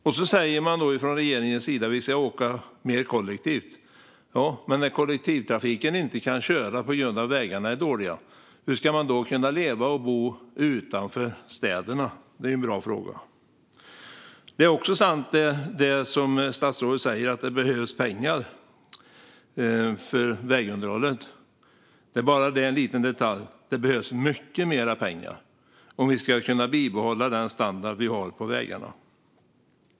Sedan säger regeringen att vi ska åka mer kollektivt. Men när kollektivtrafiken inte kan köra på grund av att vägarna är dåliga, hur kan vi då leva och bo utanför städerna? Det är en bra fråga. Det är också sant, som statsrådet säger, att det behövs pengar för vägunderhållet. Men det finns en detalj; det behövs mycket mer pengar om vi ska kunna bibehålla standarden på vägarna.